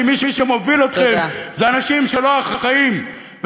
כי מי שמוביל אתכם הם אנשים לא אחראיים, תודה.